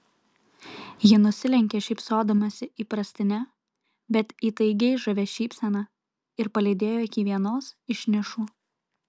ji nusilenkė šypsodamasi įprastine bet įtaigiai žavia šypsena ir palydėjo iki vienos iš nišų